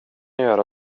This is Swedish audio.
göra